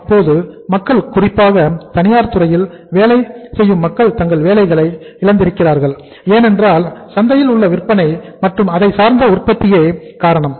அப்போது மக்கள் குறிப்பாக தனியார் துறையில் வேலை மக்கள் தங்கள் வேலைகளை இழக்கிறார்கள் ஏனென்றால் சந்தையில் உள்ள விற்பனை மற்றும் அதை சார்ந்த உற்பத்தியே காரணம்